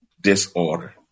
disorder